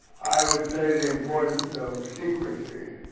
i would say the importance of secrecy.